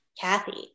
Kathy